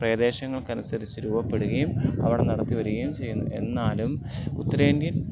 പ്രദേശങ്ങൾക്കനുസരിച്ച് രൂപപ്പെടുകയും അവിടെ നടത്തി വരികയും ചെയ്യുന്നു എന്നാലും ഉത്തരേന്ത്യൻ